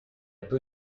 peu